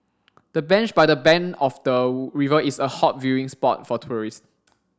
the bench by the bank of the river is a hot viewing spot for tourists